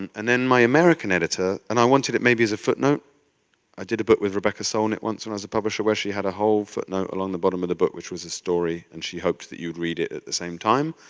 um and then my american editor. and i wanted it maybe as a footnote, i did a book with rebecca sohn at once when i was a publisher, where she had a whole footnote along the bottom of the book, which was a story and she hoped that you'd read it at the same time.